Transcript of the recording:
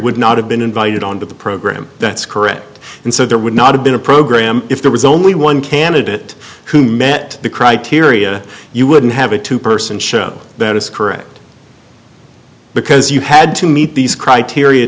would not have been invited onto the program that's correct and so there would not have been a program if there was only one candidate who met the criteria you wouldn't have a two person show that is correct because you had to meet these criteria